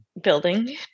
building